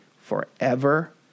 forever